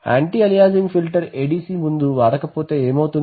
anti aliasing filter ADCముందు వాడక పోతే ఏమవుతుంది